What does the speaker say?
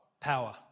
Power